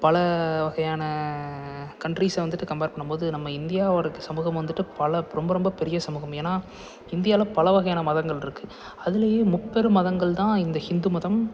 பல வகையான கண்ட்ரிஸ்ஸ வந்துட்டு கம்பேர் பண்ணும்போது நம்ம இந்தியாவோட சமூகம் வந்துட்டு பல ரொம்ப ரொம்ப பெரிய சமூகம் ஏன்னா இந்தியாவில பல வகையான மதங்களிருக்கு அதிலயும் முப்பெரும் மதங்கள்தான் இந்த ஹிந்து மதம்